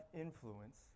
influence